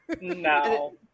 No